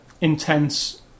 intense